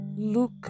look